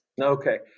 Okay